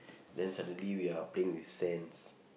then suddenly we are playing with sand